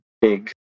big